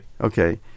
Okay